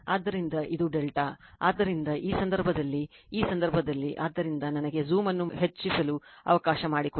ಆದ್ದರಿಂದ ಇದು ∆ ಆದ್ದರಿಂದ ಈ ಸಂದರ್ಭದಲ್ಲಿ ಈ ಸಂದರ್ಭದಲ್ಲಿ ಆದ್ದರಿಂದ ನನಗೆ ಝೂಮ್ ಅನ್ನು ಹೆಚ್ಚಿಸಲು ಅವಕಾಶ ಮಾಡಿಕೊಡಿ